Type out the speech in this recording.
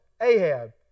ahab